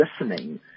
listening